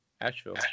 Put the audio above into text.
Asheville